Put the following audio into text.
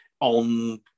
on